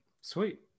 Sweet